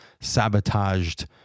sabotaged